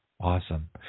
Awesome